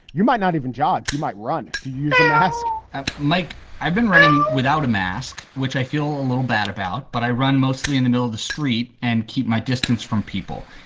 you might not even jog you might run to use a mask like i've been running without a mask, which i feel a little bad about. but i run mostly in the middle of the street and keep my distance from people.